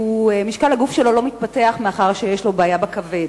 משקל גופו לא עולה מאחר שיש לו בעיה בכבד,